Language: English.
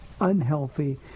unhealthy